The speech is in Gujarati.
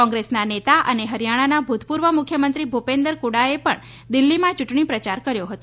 કોગ્રેસના નેતા અને હરિયાણાના ભૂતપૂર્વ મુખ્યમંત્રી ભુપીન્દર કુડાએ પણ દિલ્ફીમાં ચૂંટણી પ્રચાર કર્યો હતો